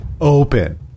open